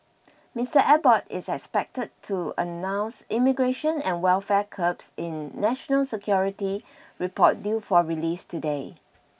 Mister Abbott is expected to announce immigration and welfare curbs in national security report due for release today